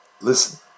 listen